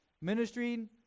Ministering